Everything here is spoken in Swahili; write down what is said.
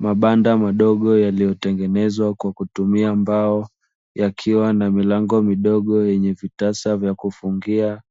Mabanda madogo yaliyotengenezwa kwa kutumia mbao, yakiwa na milango midogo yenye vitasa vya kufungia,